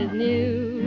new,